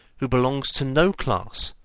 who belongs to no class,